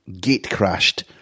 gate-crashed